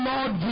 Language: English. Lord